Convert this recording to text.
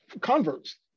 converts